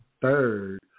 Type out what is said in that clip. third